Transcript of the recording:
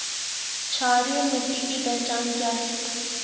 क्षारीय मिट्टी की पहचान क्या है?